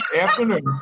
afternoon